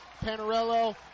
Panarello